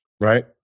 right